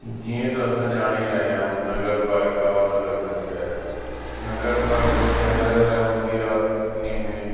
जीअं त असां ॼाणी रहिया आहियूं नगर पालिका और नगर पंचायत नगर पालिका शहर लाइ हूंदी आहे इन में